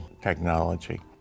technology